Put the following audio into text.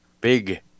Big